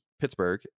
Pittsburgh